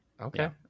Okay